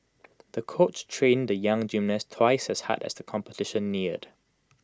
the coach trained the young gymnast twice as hard as the competition neared